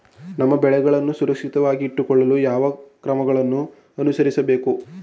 ನಮ್ಮ ಬೆಳೆಗಳನ್ನು ಸುರಕ್ಷಿತವಾಗಿಟ್ಟು ಕೊಳ್ಳಲು ಯಾವ ಕ್ರಮಗಳನ್ನು ಅನುಸರಿಸಬೇಕು?